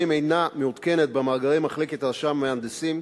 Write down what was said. אינה מעודכנת במאגרי מחלקת רשם המהנדסים,